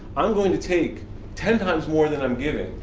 i'm going to take ten times more than i'm giving.